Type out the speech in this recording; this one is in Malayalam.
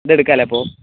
ഇതെടുക്കാമല്ലേ അപ്പോൾ